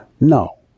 No